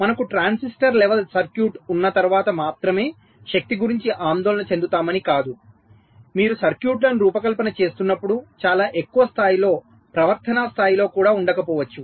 మనకు transistor level circuit ఉన్న తర్వాత మాత్రమే శక్తి గురించి ఆందోళన చెందుతామని కాదు మీరు సర్క్యూట్లను రూపకల్పన చేస్తున్నప్పుడు చాలా ఎక్కువ స్థాయిలో ప్రవర్తనా స్థాయిలో కూడా ఉండకపోవచ్చు